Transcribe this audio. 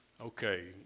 Okay